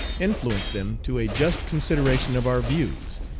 influence them to a just consideration of our views,